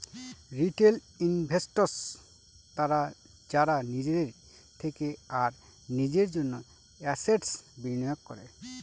retail investors তারা যারা নিজের থেকে আর নিজের জন্য এসেটস বিনিয়োগ করে